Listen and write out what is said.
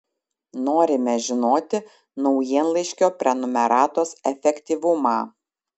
norime žinoti naujienlaiškio prenumeratos efektyvumą